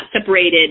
separated